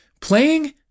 playing